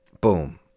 boom